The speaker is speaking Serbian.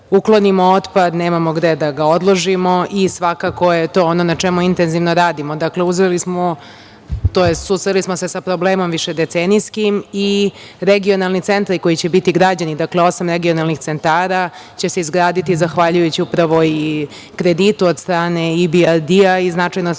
uklonimo otpad, nemamo gde da ga odložimo i svakako je to ono na čemu intenzivno radimo. Dakle, susreli smo se sa problemom višedecenijskim i regionalni centri koji će biti građani, dakle osam regionalnih centara će se izgraditi zahvaljujući upravo i kreditu od strane IBRD i značajno